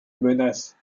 menace